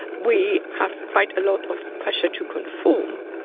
we have quite a lot of pressure to conform.